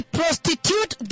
prostitute